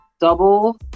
double